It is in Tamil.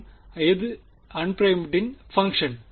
மற்றும் எது அன்பிறைமுடின் பங்ஷன்